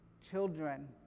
children